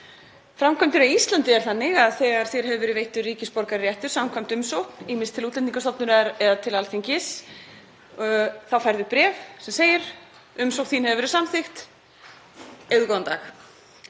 Framkvæmdin á Íslandi er þannig að þegar þér hefur verið veittur ríkisborgararéttur samkvæmt umsókn, ýmist til Útlendingastofnunar eða til Alþingis, þá fær fólk bréf sem í segir: Umsóknin hefur verið samþykkt. Eigðu góðan dag.